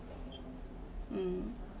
um